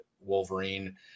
Wolverine